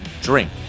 Drink